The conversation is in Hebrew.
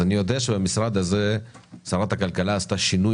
אז אני יודע שבמשרד הזה שרת הכלכלה עשתה שינוי